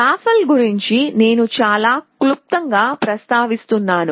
Rafale గురించి నేను చాలా క్లుప్తంగా ప్రస్తావిస్తున్నాను